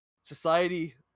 society